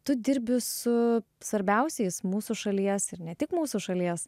tu dirbi su svarbiausiais mūsų šalies ir ne tik mūsų šalies